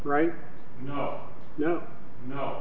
right no no no